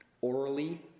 orally